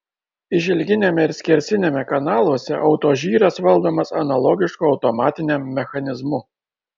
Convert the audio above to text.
išilginiame ir skersiniame kanaluose autožyras valdomas analogišku automatiniam mechanizmu